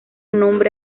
nombre